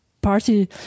party